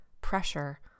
pressure